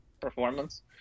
performance